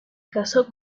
casó